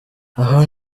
aho